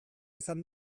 izan